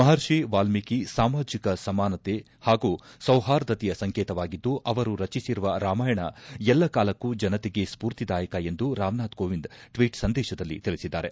ಮಹರ್ಷಿ ವಾಲ್ಮೀಕಿ ಸಾಮಾಜಿಕ ಸಮಾನತೆ ಹಾಗೂ ಸೌಹಾರ್ದತೆಯ ಸಂಕೇತವಾಗಿದ್ದು ಅವರು ರಚಿಸಿರುವ ರಾಮಾಯಣ ಎಲ್ಲ ಕಾಲಕ್ಕೂ ಜನತೆಗೆ ಸ್ಪೂರ್ತಿದಾಯಕ ಎಂದು ರಾಮನಾಥ್ ಕೋವಿಂದ್ ಟ್ವೀಟ್ ಸಂದೇಶದಲ್ಲಿ ತಿಳಿಸಿದ್ದಾರೆ